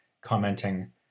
commenting